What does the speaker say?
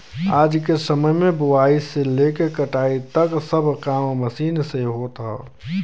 आज के समय में बोआई से लेके कटाई तक सब काम मशीन से होत हौ